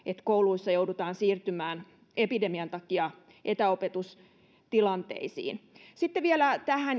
kouluissa joudutaan siirtymään epidemian takia etäopetustilanteisiin sitten vielä tähän